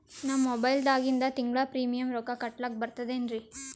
ನಮ್ಮ ಮೊಬೈಲದಾಗಿಂದ ತಿಂಗಳ ಪ್ರೀಮಿಯಂ ರೊಕ್ಕ ಕಟ್ಲಕ್ಕ ಬರ್ತದೇನ್ರಿ?